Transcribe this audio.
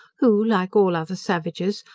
who, like all other savages,